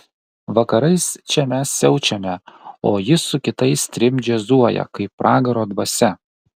vakarais čia mes siaučiame o jis su kitais trim džiazuoja kaip pragaro dvasia